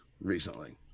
recently